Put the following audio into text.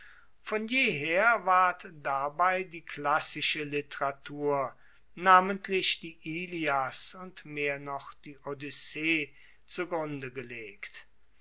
von jeher ward dabei die klassische literatur namentlich die ilias und mehr noch die odyssee zu grunde gelegt